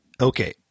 Okay